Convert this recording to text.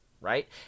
right